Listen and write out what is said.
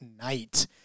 night